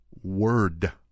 Word